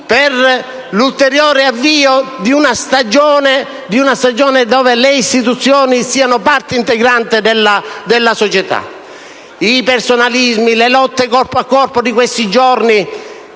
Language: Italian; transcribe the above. per l'avvio di una stagione in cui le istituzioni siano parte integrante della società. I personalismi e le lotte corpo a corpo degli ultimi giorni